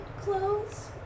clothes